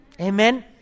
Amen